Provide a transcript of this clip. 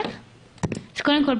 קודם כול,